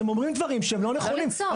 אתם אומרים דברים שהם לא נכונים.